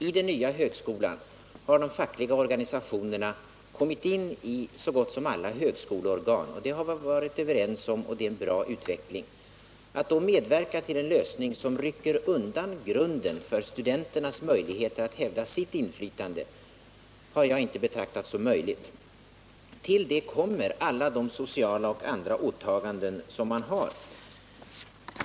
I den nya högskolan har de fackliga organisationerna kommit in i så gott som alla högskoleorgan. Det har vi varit överens om, och det är en bra utveckling. Att då medverka till en lösning som rycker undan grunden för studenternas möjligheter att hävda sina intressen har jag inte betraktat som möjligt. Till det kommer alla de sociala och andra åtaganden som man har.